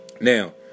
now